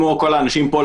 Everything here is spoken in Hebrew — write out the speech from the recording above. כמו כל האנשים פה,